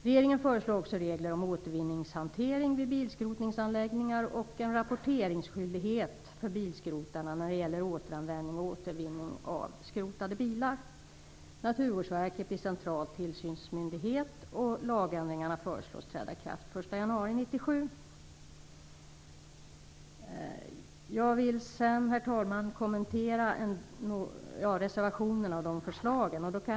Regeringen föreslår också regler om återvinningshantering vid bilskrotningsanläggningar och en rapporteringsskyldighet för bilskrotarna när det gäller återanvändning och återvinning av skrotade bilar. Naturvårdsverket blir central tillsynsmyndighet, och lagändringarna föreslås träda i kraft den 1 januari 1997. Jag vill nu kommentera några av förslagen i reservationerna.